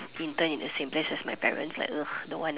intern in the same place as my parents like a don't want